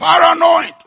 Paranoid